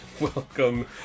Welcome